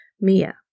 Mia